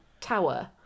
tower